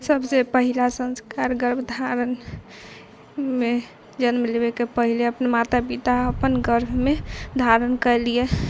सबसँ पहिला संस्कार गर्भधारणमे जन्म लेबैके पहिले माता पिता अपन गर्भमे धारण कयली है